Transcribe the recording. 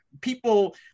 people